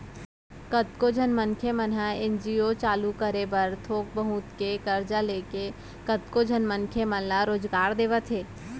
कतको झन मनखे मन ह एन.जी.ओ चालू करे बर थोक बहुत के करजा लेके कतको झन मनसे मन ल रोजगार देवत हे